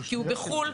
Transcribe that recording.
כי הוא בחוץ לארץ,